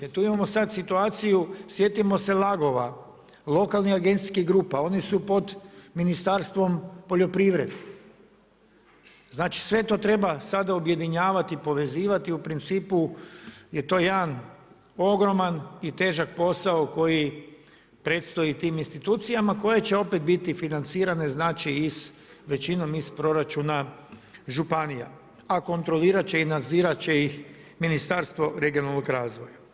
Dakle tu imamo sada situaciju, sjetimo se LAG-ova, lokalnih agencijskih grupa, oni su pod Ministarstvom poljoprivrede, znači sve to treba sada objedinjavati, povezivati u principu je to jedan ogroman i težak posao koji predstoji tim institucijama koje će opet biti financirane većinom iz proračuna županija, a kontrolirati će i nadzirati će ih Ministarstvo regionalnog razvoja.